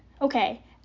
Okay